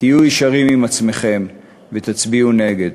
תהיו ישרים עם עצמכם ותצביעו נגד.